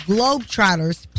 Globetrotters